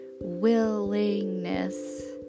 willingness